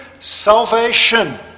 salvation